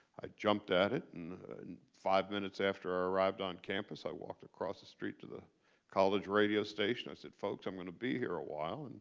i jumped at it. and five minutes after i arrived on campus, i walked across the street to the college radio station. i said, folks, i'm going to be here awhile.